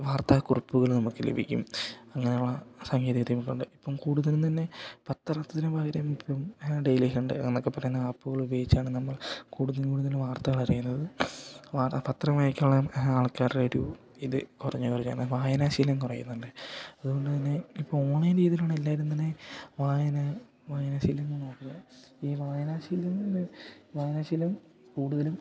വാർത്താകുറിപ്പുകൾ നമുക്ക് ലഭിക്കും അങ്ങനെയുള്ള സാങ്കേതികവിദ്യ നമുക്കുണ്ട് ഇപ്പം കൂടുതലും തന്നെ പത്രത്തിന് പകരം ഇപ്പം ഡൈലി ഹൻണ്ട് എന്നൊക്കെ പറയുന്ന ആപ്പുകൾ ഉപയോഗിച്ചാണ് നമ്മൾ കൂടുതലും കൂടുതലും വാർത്തകൾ അറിയുന്നത് പത്രം വായിക്കാൻ ഉള്ള ആൾക്കാരുടെ ഒരു ഇത് കുറഞ്ഞു കുറഞ്ഞു അങ്ങനെ വായനാശീലം കുറയുന്നുണ്ട് അതുകൊണ്ട് തന്നെ ഇപ്പം ഓൺലൈൻ രീതിയിലാണ് എല്ലാവരും തന്നെ വായന വായനാശീലം ഈ വായനാശീലം വായനാശീലം കൂടുതലും